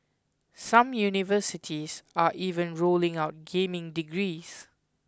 some universities are even rolling out gaming degrees